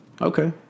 Okay